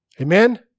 Amen